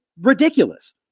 ridiculous